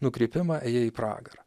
nukrypimą ėjai į pragarą